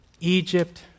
Egypt